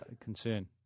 concern